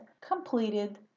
completed